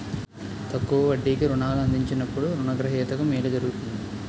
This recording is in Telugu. తక్కువ వడ్డీకి రుణాలు అందించినప్పుడు రుణ గ్రహీతకు మేలు జరుగుతుంది